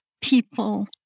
people